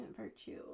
virtue